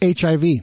HIV